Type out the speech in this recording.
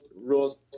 rules